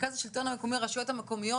למרכז לשלטון המקומי והרשויות המקומיות,